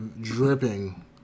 dripping